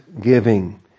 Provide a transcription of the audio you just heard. giving